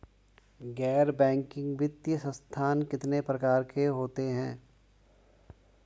गैर बैंकिंग वित्तीय संस्थान कितने प्रकार के होते हैं?